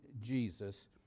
Jesus